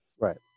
Right